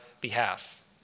behalf